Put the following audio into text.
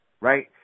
right